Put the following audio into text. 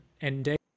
ending